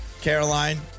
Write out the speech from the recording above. Caroline